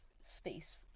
space